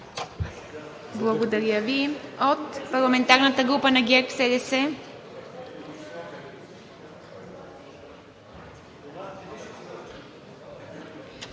Благодаря Ви. От парламентарната група на „БСП